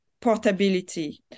portability